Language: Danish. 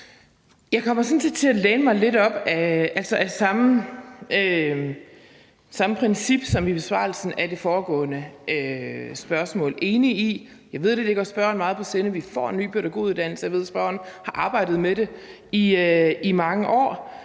sådan set til at læne mig lidt op ad samme princip, som jeg gjorde i besvarelsen af det foregående spørgsmål. Jeg ved, det ligger spørgeren meget på sinde, at vi får en ny pædagoguddannelse, og jeg ved, at spørgeren har arbejdet med det i mange år.